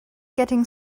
getting